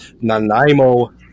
Nanaimo